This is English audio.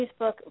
Facebook